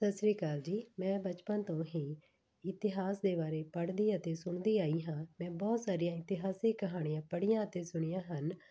ਸਤਿ ਸ਼੍ਰੀ ਅਕਾਲ ਜੀ ਮੈਂ ਬਚਪਨ ਤੋਂ ਹੀ ਇਤਿਹਾਸ ਦੇ ਬਾਰੇ ਪੜ੍ਹਦੀ ਅਤੇ ਸੁਣਦੀ ਆਈ ਹਾਂ ਮੈਂ ਬਹੁਤ ਸਾਰੀਆਂ ਇਤਿਹਾਸਿਕ ਕਹਾਣੀਆਂ ਪੜ੍ਹੀਆਂ ਅਤੇ ਸੁਣੀਆਂ ਹਨ